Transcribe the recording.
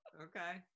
Okay